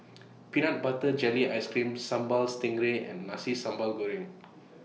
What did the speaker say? Peanut Butter Jelly Ice Cream Sambal Stingray and Nasi Sambal Goreng